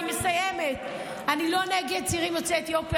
בגלל זה איילון היה חסום